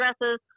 addresses